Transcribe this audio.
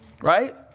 right